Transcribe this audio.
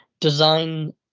design